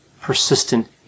persistent